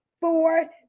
four